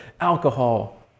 alcohol